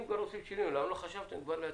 אם כבר עושים שינוי למה לא חשבתם להתאים?